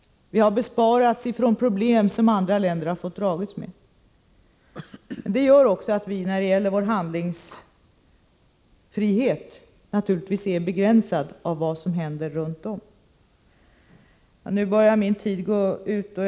Vi har besparats problem som andra länder har fått dras med. Men det gör naturligtvis också att vår handlingsfrihet är begränsad av vad som händer runtomkring oss. Min taletid börjar nu gå mot sitt slut.